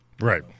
Right